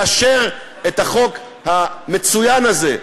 לאשר את החוק המצוין הזה,